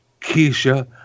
Keisha